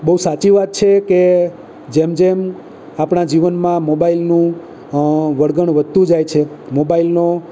બહુ સાચી વાત છે કે જેમ જેમ આપણા જીવનમાં મોબાઈલનું વળગણ વધતું જાય છે મોબાઈલનું